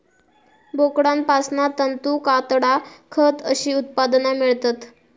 बोकडांपासना तंतू, कातडा, खत अशी उत्पादना मेळतत